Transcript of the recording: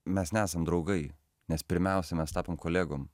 mes nesam draugai nes pirmiausia mes tapom kolegom